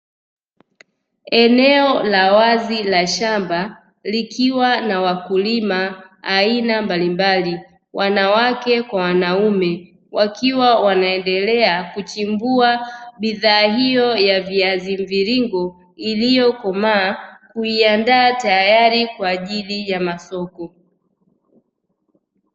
Eneo la wazi la shamba likiwa na wakulima aina mbalimbali wanawake kwa wanaume, wakiwa wanaendelea kuchimbua bidhaa hiyo ya viazi mviringo iliyokomaa kuiandaa tayari kwa ajili ya masoko.